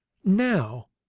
now,